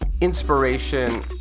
inspiration